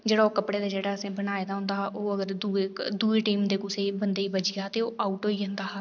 ओह् जेह्ड़ा असें कपड़े दा बनाये दा होंदा हा अगर ओह् दूई टीम दे बंदे गी अगर कुसै गी बज्जी जा ते ओह् आउट होई जंदा हा